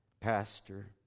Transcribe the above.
pastor